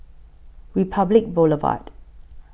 Republic Boulevard